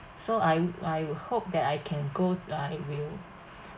so I would I would hope that I can go I will